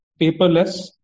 paperless